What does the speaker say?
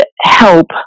help